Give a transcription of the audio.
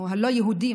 או הלא-יהודים,